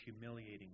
humiliating